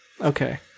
Okay